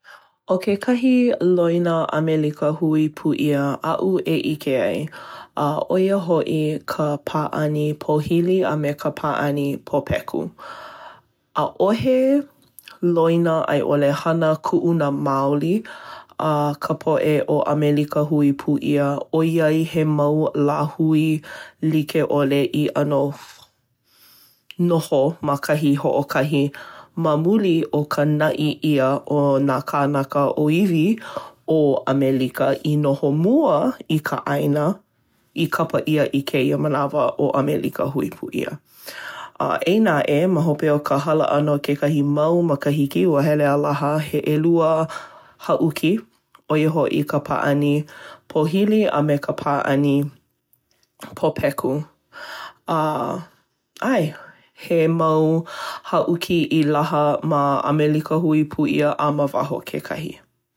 ʻO kekahi loina ʻAmelika Hui Pū ʻIa aʻu e ʻike ai, ʻo ia hoʻi ka pāʻani pōhili a me ka pāʻani pōpeku. ʻAʻohe loina a i ʻole hana kuʻuna maoli a ka poʻe o ʻAmwlika Hui Pū ʻia ʻoiai he mau lāhui like ʻole i ʻano noho ma kahi hoʻokahi ma muli o ka naʻi ʻia o nā kānaka ʻōiwi ʻAmelika i noho mua i ka ʻāina i kapa ʻia i kēia manawa ʻo ʻAmelika Hui Pū ʻia. Eia naʻe, ma hope o ka hala ʻana o kekahi mau makahiki ua hele a laha he ʻelua hāʻuki. ʻO ia hoʻi ka pāʻani pōhili a me ka pāʻani pōpeku. A…ʻae he mau hāʻuki i laha ma ʻAmelika Hui Pū ʻIa a ma waho kekahi.